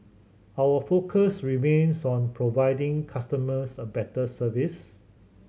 our focus remains on providing customers a better service